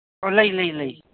ꯑꯣ ꯂꯩ ꯂꯩ ꯂꯩ